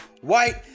white